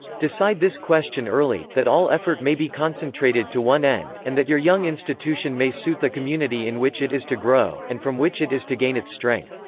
decide this question early, that all effort may be concentrated to one end, and that your young institution may suit the community in which it is to grow, and from which it is to gain its strength.